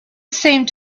seemed